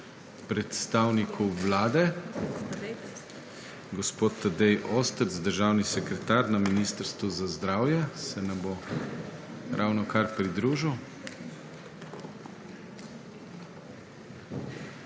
predstavniku Vlade. Gospod Tadej Ostrc, državni sekretar Ministrstva za zdravje, se nam bo ravnokar pridružil,